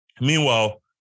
Meanwhile